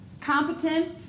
Competence